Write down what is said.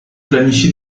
planifie